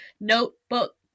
notebook